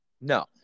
No